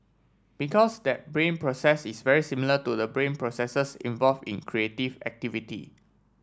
because that brain process is very similar to the brain processes involve in creative activity